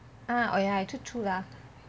oh ya actually true lah